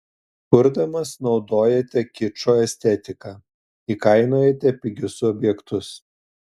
kurdamas naudojate kičo estetiką įkainojate pigius objektus